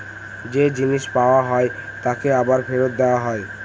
যে জিনিস পাওয়া হয় তাকে আবার ফেরত দেওয়া হয়